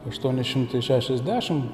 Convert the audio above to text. aštuoni šimtai šešiasdešim